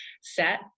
set